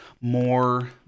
More